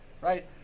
right